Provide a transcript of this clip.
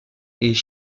est